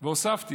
והוספתי: